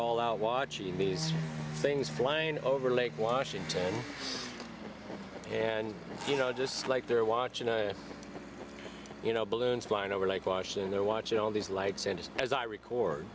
all out watching these things flying over lake washington and you know just like they're watching you know balloons flying over like washing they're watching all these lights and just as i record